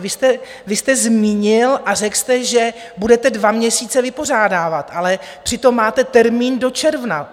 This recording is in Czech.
Vy jste zmínil a řekl jste, že budete dva měsíce vypořádávat, ale přitom máte termín do června.